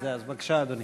בבקשה, אדוני.